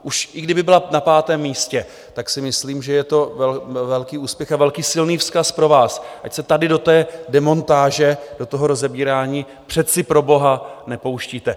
Už i kdyby byla na pátém místě, tak si myslím, že je to velký úspěch a velký silný vzkaz pro vás, ať se tady do té demontáže, do toho rozebírání přece proboha nepouštíte.